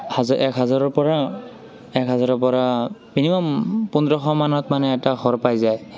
হাজাৰ এক হাজাৰৰ পৰা এক হাজাৰৰ পৰা মিনিমাম পোন্ধৰশ মানত মানে এটা ঘৰ পাই যায়